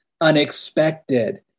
unexpected